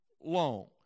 long